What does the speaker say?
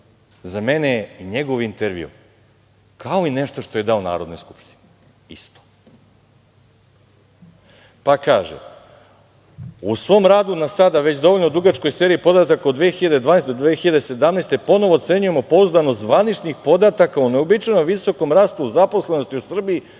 za mene je njegov intervju, kao i nešto što je dao Narodnoj skupštini, isto. Pa kaže: „U svom radu na sada već dovoljno dugačkoj seriji podataka od 2012. do 2017. godine ponovo ocenjujemo pouzdanost zvaničnih podataka o neuobičajenom visokom rastu zaposlenosti u Srbiji